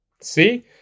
See